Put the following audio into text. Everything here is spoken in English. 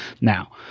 Now